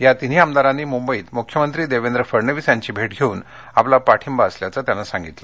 या तिन्ही आमदारांनी मुंबईत मुख्यमंत्री देवेंद्र फडणवीस यांची भेट घेऊन आपला पाठिंबा असल्याचं सांगितलं